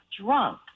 drunk